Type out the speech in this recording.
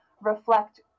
reflect